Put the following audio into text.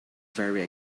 very